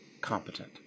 competent